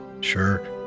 Sure